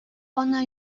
ona